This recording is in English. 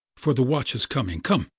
for the watch is coming. come,